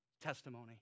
Testimony